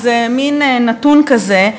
איזה מין נתון כזה,